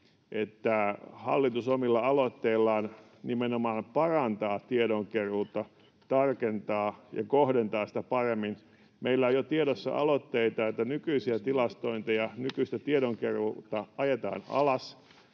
että hallitus omilla aloitteillaan nimenomaan parantaa tiedonkeruuta, tarkentaa ja kohdentaa sitä paremmin. Meillä on jo tiedossa aloitteita, että nykyisiä tilastointeja ja nykyistä tiedonkeruuta ajetaan alas,